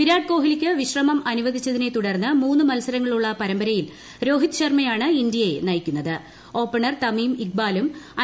വിരാട് ക്ക്യെന്ന്ലിക്ക് വിശ്രമം അനുവദിച്ചതിനെതുടർന്ന് മുന്ന് മത്സരങ്ങളുള്ള പരമ്പയിൽ രോഹിത് ശർമയാണ് ഇന്ത്യയെ ഓപ്പണർ തമീം ഇക്ബാലും ഐ